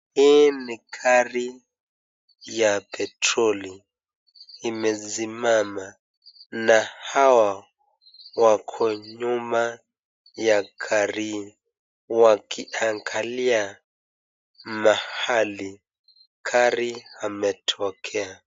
Hii ni gari ya petroli imesimama na hao wako nyuma ya gari wakiangalia mahali gari ametokea.